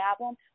album